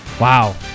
Wow